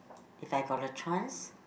if I got the chance